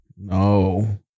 No